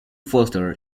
foster